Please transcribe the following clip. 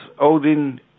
Odin